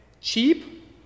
Cheap